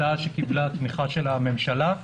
הצעה שקיבלה תמיכה של הממשלה,